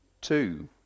Two